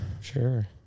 sure